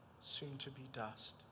soon-to-be-dust